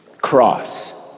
Cross